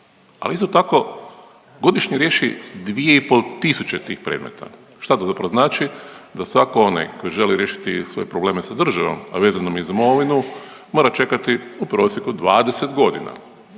Ali isto tako godišnje riješi 2,5 tisuće tih predmeta. Šta to zapravo znači? Da svatko onaj koji želi riješiti svoje probleme sa državom, a vezanom za imovinu, mora čekati u prosjeku 20 godina.